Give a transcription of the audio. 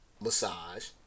massage